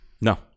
No